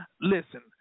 listen